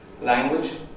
language